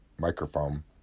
microphone